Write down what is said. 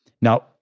Now